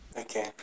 Okay